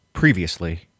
Previously